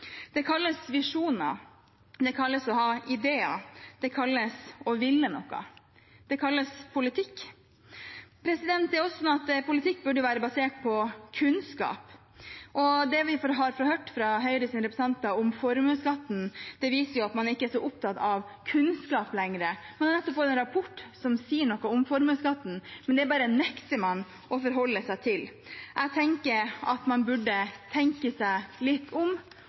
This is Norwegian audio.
Det kalles visjoner. Det kalles å ha ideer. Det kalles å ville noe. Det kalles politikk. Politikk bør også være basert på kunnskap. Det vi har hørt fra Høyres representanter om formuesskatten, viser at man ikke er så opptatt av kunnskap lenger. Vi har nettopp fått en rapport som sier noe om formuesskatten, men det bare nekter man å forholde seg til. Jeg tenker at man burde tenke seg litt om